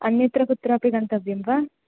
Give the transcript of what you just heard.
अन्यत्र कुत्रापि गन्तव्यं वा